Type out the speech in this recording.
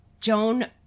Joan